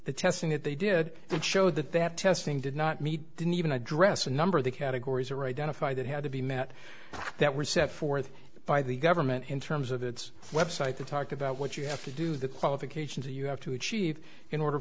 the testing that they did that showed that that testing did not meet didn't even address a number of the categories or identify that had to be met that were set forth by the government in terms of its website to talk about what you have to do the qualifications you have to achieve in order